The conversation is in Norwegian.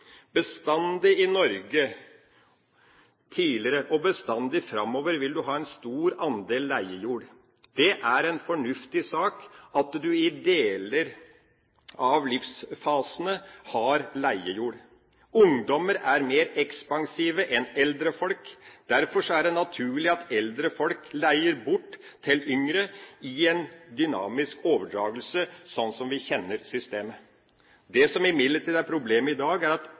Bestandig i Norge tidligere, og bestandig framover, vil vi ha en stor andel leiejord. Det er en fornuftig sak at en i deler av livsfasene har leiejord. Ungdommer er mer ekspansive enn eldre folk. Derfor er det naturlig at eldre folk leier bort til yngre i en dynamisk overdragelse, sånn som vi kjenner systemet. Det som imidlertid er problemet i dag, er at